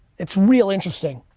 it's real interesting.